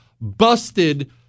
busted